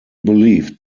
believed